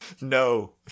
No